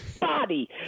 body